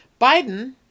Biden